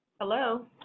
Hello